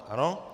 Ano?